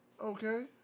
Okay